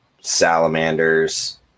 salamanders